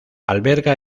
alberga